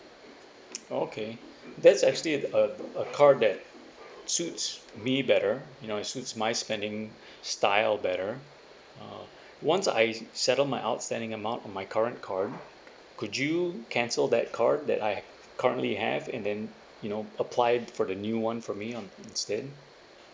okay that's actually a a card that suits me better you know it suits my spending style better uh once I settled my outstanding amount on my current card could you cancel that card that I currently have and then you know applied for the new one for me on instead